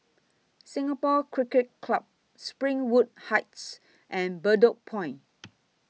Singapore Cricket Club Springwood Heights and Bedok Point